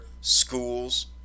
schools